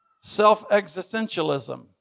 Self-existentialism